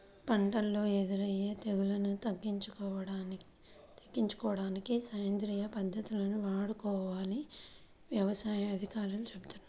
పంటల్లో ఎదురయ్యే తెగుల్లను తగ్గించుకోడానికి సేంద్రియ పద్దతుల్ని వాడుకోవాలని యవసాయ అధికారులు చెబుతున్నారు